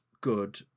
good